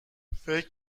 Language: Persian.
فکر